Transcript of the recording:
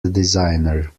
designer